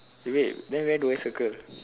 eh wait then where do I circle